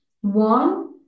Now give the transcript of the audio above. One